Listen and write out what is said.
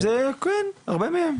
כן, הרבה מהם.